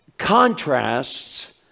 contrasts